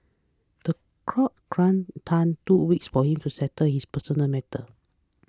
the crowd granted Tan two weeks for him to settle his personal matters